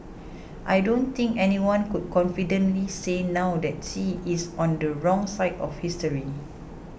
I don't think anyone could confidently say now that Xi is on the wrong side of history